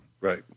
right